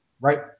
Right